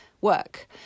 work